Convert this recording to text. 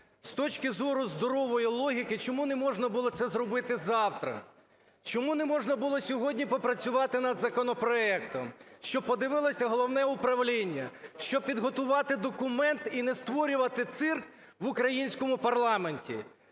З точки зору здорової логіки, чому не можна було це зробити завтра? Чому не можна було сьогодні попрацювати над законопроектом, щоб подивилося Головне управління, щоб підготувати документ і не створювати цирк в українському парламенті?